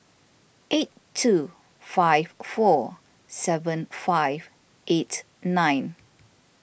eight two five four seven five eight nine